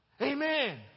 Amen